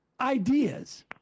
ideas